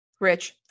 Rich